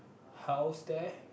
house there